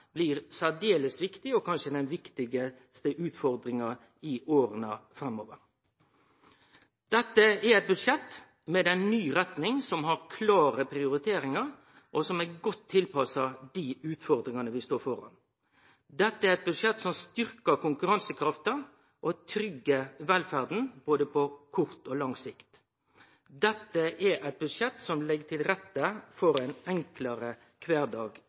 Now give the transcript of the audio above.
blir særdeles viktig og kanskje den viktigaste utfordringa i åra framover. Dette er eit budsjett med ei ny retning, som har klare prioriteringar, og som er godt tilpassa dei utfordringane vi står føre. Dette er eit budsjett som styrkjer konkurransekrafta og tryggjer velferda på både kort og lang sikt. Dette er eit budsjett som legg til rette for ein enklare kvardag